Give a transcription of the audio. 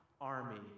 army